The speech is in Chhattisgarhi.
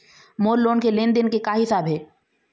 मोर लोन के लेन देन के का हिसाब हे?